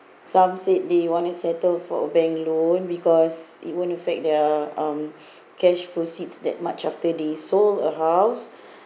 some said they want to settle for a bank loan because it won't affect their um cash proceeds that much after they sold a house